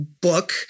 book